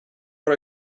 for